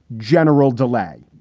general delay.